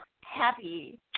happy